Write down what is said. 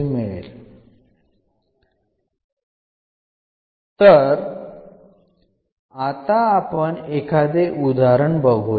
നമ്മൾ ഇപ്പോൾ ചില ഉദാഹരണങ്ങൾ നോക്കുന്നു